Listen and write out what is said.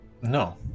No